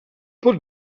pot